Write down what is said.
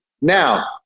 Now